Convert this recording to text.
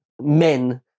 men